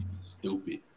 stupid